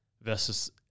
versus